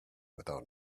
without